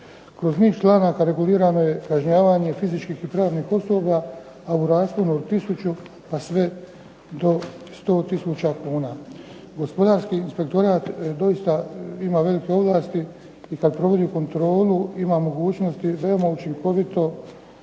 Kroz niz članaka regulirano je kažnjavanje fizičkih i pravnih usluga, a u rasponu od 1000 pa sve do 100 tisuća kuna. Gospodarski inspektorat doista ima velike ovlasti i kad provodi kontrolu ima mogućnosti veoma učinkovito